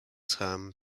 term